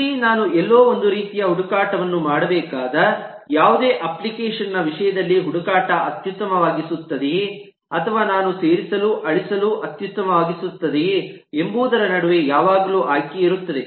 ಅಂತೆಯೇ ನಾನು ಎಲ್ಲೋ ಒಂದು ರೀತಿಯ ಹುಡುಕಾಟವನ್ನು ಮಾಡಬೇಕಾದ ಯಾವುದೇ ಅಪ್ಲಿಕೇಶನ್ ನ ವಿಷಯದಲ್ಲಿ ಹುಡುಕಾಟ ಅತ್ಯುತ್ತಮವಾಗಿಸುತ್ತದೆಯೆ ಅಥವಾ ನಾನು ಸೇರಿಸಲು ಅಳಿಸಲು ಅತ್ಯುತ್ತಮವಾಗಿಸುತ್ತದೆಯೇ ಎಂಬವುದರ ನಡುವೆ ಯಾವಾಗಲೂ ಆಯ್ಕೆ ಇರುತ್ತದೆ